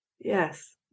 yes